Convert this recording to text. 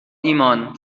ایمان